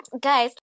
Guys